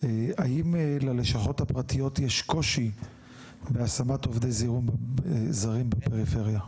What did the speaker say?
האם ללשכות הפרטיות יש קושי בהשמת עובדים זרים בפריפריה?